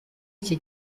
iki